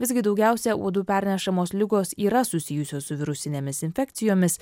visgi daugiausia uodų pernešamos ligos yra susijusios su virusinėmis infekcijomis